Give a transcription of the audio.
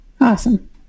Awesome